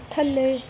ਥੱਲੇ